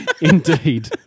Indeed